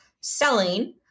selling